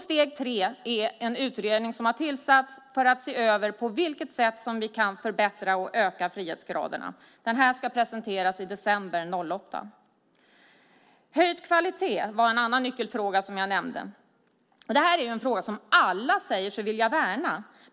Steg 3 är en utredning som har tillsatts för att se över på vilket sätt vi kan förbättra och öka frihetsgraderna. Den ska presenteras i december 2008. Höjd kvalitet var en annan nyckelfråga som jag nämnde. Det här är en fråga som alla säger sig vilja värna.